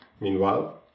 meanwhile